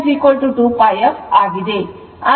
ω 2pif ಆಗಿದೆ